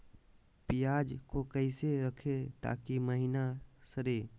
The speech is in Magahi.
प्याज को कैसे रखे ताकि महिना सड़े?